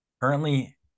currently